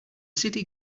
city